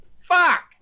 fuck